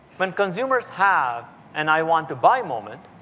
when consumers have an i want to buy moment,